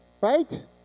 Right